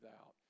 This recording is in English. out